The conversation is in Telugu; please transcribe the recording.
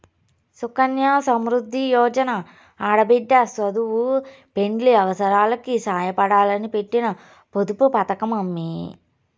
సుకన్య సమృద్ది యోజన ఆడబిడ్డ సదువు, పెండ్లి అవసారాలకి సాయపడాలని పెట్టిన పొదుపు పతకమమ్మీ